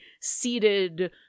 seated